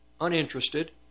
uninterested